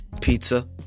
Pizza